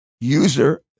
user